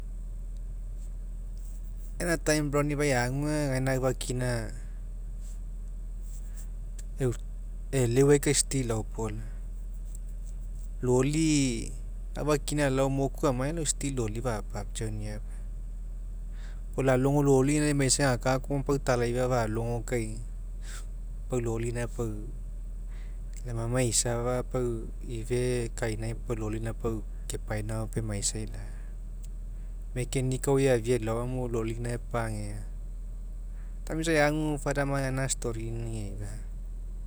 Gaina tinie brown river'ai agu aga gaina aufakina e'eleua kai laopolaga loli aufakina alao moleu aniai aga aufakina loli gapapaunia paisa. Puo lalogo loli gaina emaisai gaka kea talaifa falogo kai pau leli ina pau lai amamai eisafa pau ifegaina kainai puo pau loli gaina kepainaoga paui emiasailai mealainie ao eafia elaomo afa loli gaina epagea. Ganio isa eagu father man gaina storyni'i.